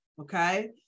Okay